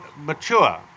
mature